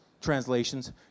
translations